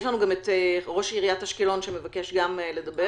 נמצא אתנו גם ראש עיריית אשקלון שמבקש לדבר.